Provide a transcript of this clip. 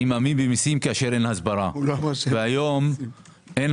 אני מאמין במיסים כשאין הסברה, והיום אין